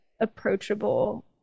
approachable